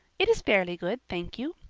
it is fairly good, thank you.